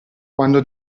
quando